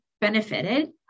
benefited